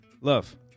love